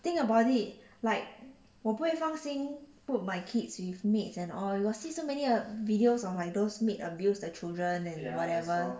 think about it like 我不会放心 put my kids with maids and all you got see so many videos a~ of like those maid abuse the children and whatever